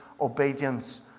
obedience